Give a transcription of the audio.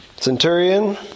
Centurion